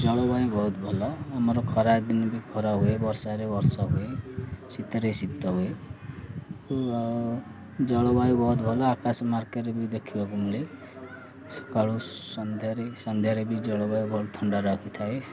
ଜଳବାୟୁ ବହୁତ ଭଲ ଆମର ଖରାଦିନରେ ଖରା ହୁଏ ବର୍ଷାରେ ବର୍ଷା ହୁଏ ଶୀତରେ ଶୀତ ହୁଏ ଜଳବାୟୁ ବହୁତ ଭଲ ଆକାଶ ମାର୍କରେ ବି ଦେଖିବାକୁ ମିଳେ ସକାଳୁ ସନ୍ଧ୍ୟାରେ ସନ୍ଧ୍ୟାରେ ବି ଜଳବାୟୁ ବହୁତ ଥଣ୍ଡା ରଖିଥାଏ